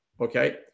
Okay